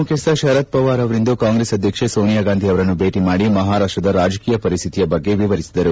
ಮುಖ್ಯಸ್ತ ಶರದ್ ಪವಾರ್ ಅವರಿಂದು ಕಾಂಗ್ರೆಸ್ ಅಧ್ಯಕ್ಷೆ ಸೋನಿಯಾಗಾಂಧಿ ಅವರನ್ನು ಭೇಟಿ ಮಾಡಿ ಮಹಾರಾಷ್ಟದ ರಾಜಕೀಯ ಪರಿಸ್ಥಿತಿಯ ಬಗ್ಗೆ ವಿವರಿಸಿದರು